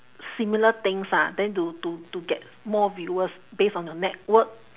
similar things lah then to to to get more viewers based on your network